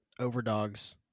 overdogs